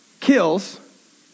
kills